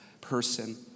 person